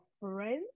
friends